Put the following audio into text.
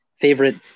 favorite